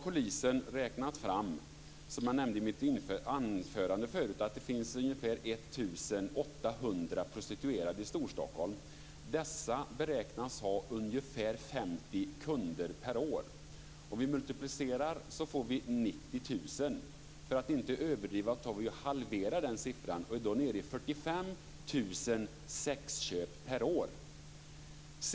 Polisen har, som jag nämnde i mitt anförande tidigare, räknat fram att det finns ungefär 1 800 prostituerade i Storstockholm. Dessa beräknas ha ungefär 50 kunder per år. Vid en multiplicering blir det 90 000. För att inte överdriva kan siffran halveras. Vi är då nere i 45 000 sexköp per år.